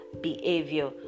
behavior